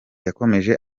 yakomeje